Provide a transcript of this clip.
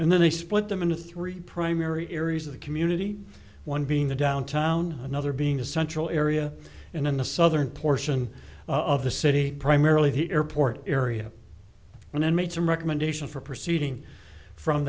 and then they split them into three primary areas of the community one being the downtown another being a central area in the southern portion of the city primarily the airport area and then made some recommendation for proceeding from